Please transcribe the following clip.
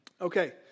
Okay